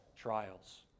trials